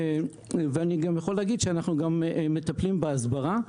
אני יכול להגיד שאנחנו גם מטפלים בהסברה,